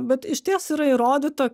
bet išties yra įrodyta